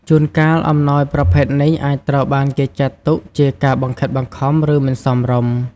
ជួនកាល អំណោយប្រភេទនេះអាចត្រូវបានគេចាត់ទុកជាការបង្ខិតបង្ខំ ឬមិនសមរម្យ។